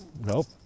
nope